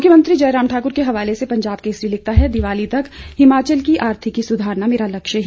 मुख्यमंत्री जयराम ठाक्र के हवाले से पंजाब केसरी लिखता है दीवाली तक हिमाचल की आर्थिकी सुधारना मेरा लक्ष्य